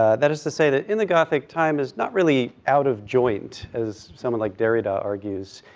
ah that is to say that in the gothic time is not really out of joint, as someone like derrida argues,